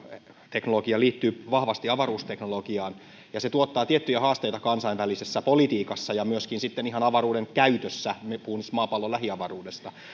teknologia liittyy vahvasti avaruusteknologiaan ja se tuottaa tiettyjä haasteita kansainvälisessä politiikassa ja myöskin sitten ihan avaruuden käytössä puhun nyt maapallon lähiavaruudesta